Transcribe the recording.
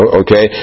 okay